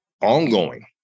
ongoing